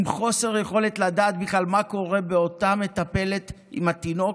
עם חוסר יכולת לדעת בכלל מה קורה לאותה מטפלת עם התינוק,